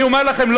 אני אומר לכם.